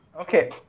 Okay